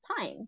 time